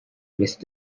west